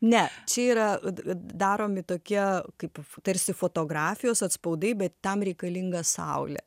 ne čia yra daromi tokie kaip tarsi fotografijos atspaudai bet tam reikalinga saulė